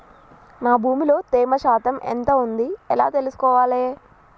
నా భూమి లో తేమ శాతం ఎంత ఉంది ఎలా తెలుసుకోవాలే?